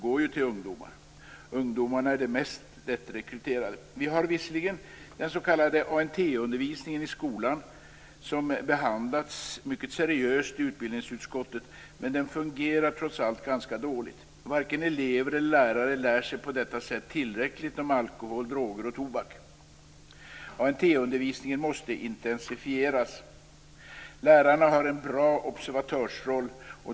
Ungdomar är de mest lättrekryterade. Vi har visserligen den s.k. ANT-undervisningen i skolan som behandlats mycket seriöst i utbildningsutskottet, men den fungerar trots allt ganska dåligt. Varken elever eller lärare lär sig på detta sätt tillräckligt om alkohol, droger och tobak. ANT-undervisningen måste intensifieras. Lärarna har en bra observatörsroll.